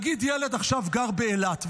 נגיד ילד עכשיו גר באילת,